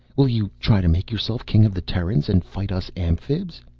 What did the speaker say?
will you try to make yourself king of the terrans and fight us amphibs?